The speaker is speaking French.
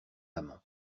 amant